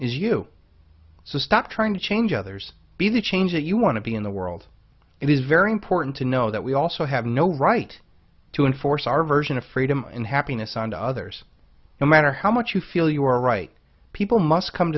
is you so stop trying to change others be the change that you want to be in the world it is very important to know that we also have no right to enforce our version of freedom and happiness and others no matter how much you feel you are right people must come